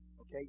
Okay